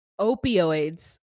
opioids